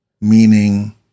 meaning